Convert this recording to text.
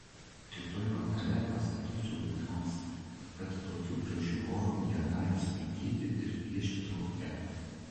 rytoj vakare pasakysiu vaikams kad tokiu gražiu oru jie gali skaityti ir piešti lauke